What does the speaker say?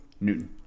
Newton